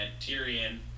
Tyrion